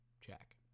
Check